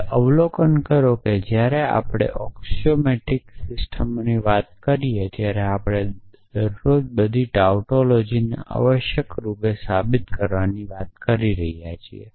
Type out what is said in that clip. હવે અવલોકન કરો કે જ્યારે આપણે ઑક્સિઓમેટિક સિસ્ટમની વાત કરીએ છીએ ત્યારે આપણે દરરોજ બધી ટાઉટોલોજીને આવશ્યકરૂપે સાબિત કરવાની વાત કરી રહ્યા છીએ